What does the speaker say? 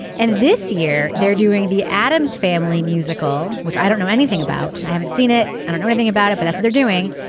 and this year they're doing the addams family musical which i don't know anything about. i haven't seen it. i don't know anything about it but that's their doing.